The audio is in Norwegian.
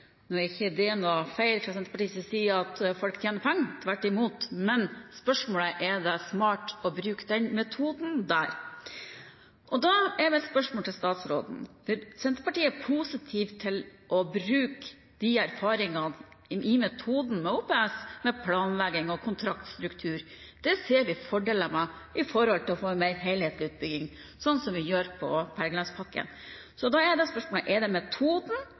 Nå er ikke det feil, sett fra Senterpartiets side, at folk tjener penger – tvert imot – men spørsmålet er: Er det smart å bruke den metoden? Senterpartiet er positiv til å bruke erfaringene med metoden i OPS, med planlegging og kontraktstruktur. Det ser vi fordeler med med tanke på å få en mer helhetlig utbygging, sånn som vi gjør i Helgelandspakken. Så da er da spørsmålet til statsråden: Er det metoden,